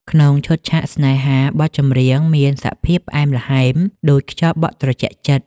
ក្នុងឈុតឆាកស្នេហា បទចម្រៀងមានសភាពផ្អែមល្ហែមដូចខ្យល់បក់ត្រជាក់ចិត្ត។